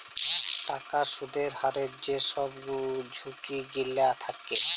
টাকার সুদের হারের যে ছব ঝুঁকি গিলা থ্যাকে